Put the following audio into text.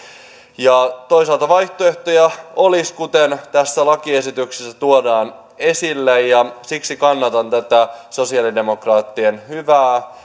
toisaalta vaihtoehtoja olisi kuten tässä lakialoitteessa tuodaan esille siksi kannatan tätä sosialidemokraattien hyvää